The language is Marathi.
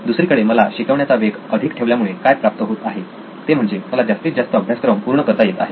दुसरीकडे मला शिकवण्याचा वेग अधिक ठेवल्यामुळे काय प्राप्त होत आहे ते म्हणजे मला जास्तीत जास्त अभ्यासक्रम पूर्ण करता येत आहे